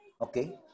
okay